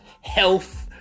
health